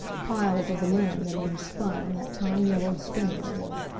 piles of the linen that had been spun on that time-yellowed spinning-wheel.